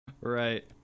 Right